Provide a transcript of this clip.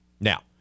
Now